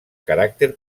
caràcter